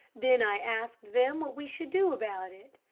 then i asked them what we should do about it.